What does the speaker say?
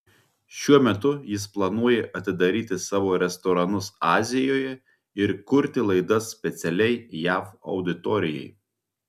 šiuo metu jis planuoja atidaryti savo restoranus azijoje ir kurti laidas specialiai jav auditorijai